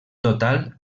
total